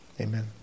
Amen